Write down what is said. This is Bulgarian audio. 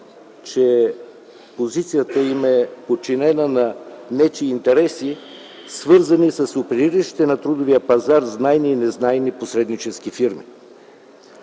че позицията им е подчинена на нечии интереси, свързани с опериращите на трудовия пазар знайни и незнайни посреднически фирми.